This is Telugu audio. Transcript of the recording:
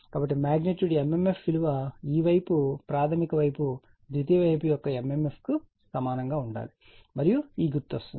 కాబట్టి మాగ్నిట్యూడ్ mmf విలువ ఈ వైపు ప్రాధమిక వైపు ద్వితీయ వైపు యొక్క mmf కు సమానంగా ఉండాలి మరియు ఈ గుర్తు వస్తుంది